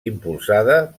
impulsada